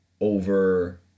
over